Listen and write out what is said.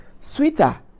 sweeter